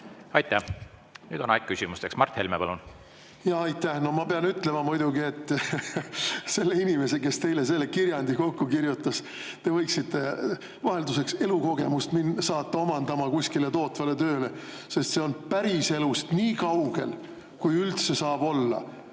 Aitäh! Nüüd on aeg küsimusteks. Mart Helme, palun! Jaa, aitäh! No ma pean ütlema muidugi, et selle inimese, kes teile selle kirjandi kokku kirjutas, te võiksite vahelduseks saata elukogemust omandama kuskile tootvale tööle, sest see on päriselust nii kaugel, kui üldse saab olla.